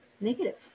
negative